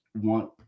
want